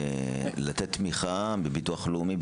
לתת תמיכה בביטוח הלאומי,